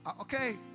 okay